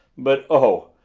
but oh,